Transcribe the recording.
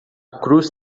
cruz